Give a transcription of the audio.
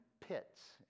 pits